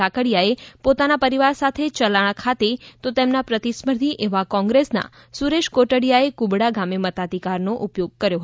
કાકડિયા એ પોતાના પરિવાર સાથે ચલાળા ખાતે તો તેમના પ્રતિસ્પર્ધી એવા કોંગ્રેસના સુરેશ કોટડીયા એ ક્રબડા ગામે મતાધિકારનો ઉપયોગ કર્યો હતો